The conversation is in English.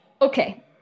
Okay